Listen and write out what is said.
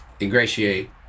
ingratiate